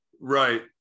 right